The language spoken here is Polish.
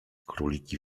króliki